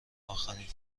آخرین